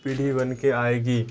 پیڑھی بن کے آئے گی